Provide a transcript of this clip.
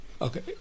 Okay